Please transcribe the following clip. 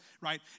Right